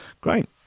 Great